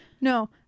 no